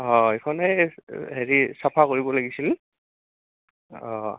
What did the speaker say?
অঁ এইখনেই হেৰি চাফা কৰিব লাগিছিল অঁ